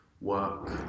work